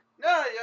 No